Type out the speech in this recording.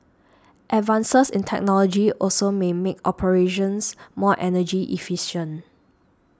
advances in technology also may make operations more energy efficient